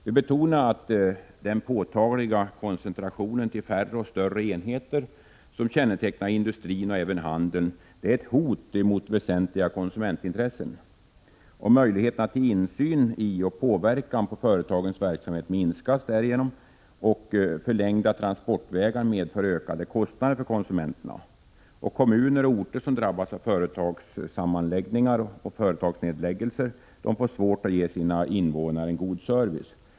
Vi betonade att den påtagliga koncentration till färre och större enheter som kännetecknar industrin och även handeln är ett hot mot väsentliga konsumentintressen. Möjligheterna till insyn i och påverkan av företagens verksamhet minskas därigenom. Förlängda transportvägar medför ökade kostnader för konsumenterna. Kommuner och orter som drabbas av företagssammanläggningar och företagsnedläggelser får svårt att ge sina invånare en god service.